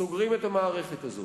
סוגרים את המערכת הזו.